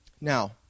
Now